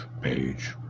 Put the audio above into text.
page